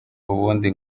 ubundi